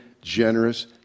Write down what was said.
generous